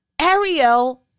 Ariel